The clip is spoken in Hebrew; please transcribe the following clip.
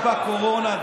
גם בקורונה.